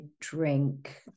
drink